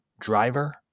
driver